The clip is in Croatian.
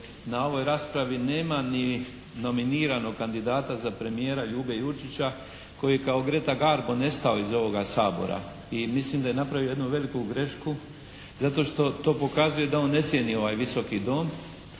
na ovoj raspravi nema ni nominiranog kandidata za premijera Ljube Jurčića koji je kao Greta Garbo nestao iz ovoga Sabora. I mislim da je napravio jednu veliku grešku zato što to pokazuje da on ne cijeni ovaj Visoki dom